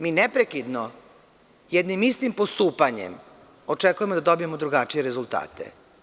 Mi neprekidno jednim istim postupanjem očekujemo da dobijemo drugačije rezultate.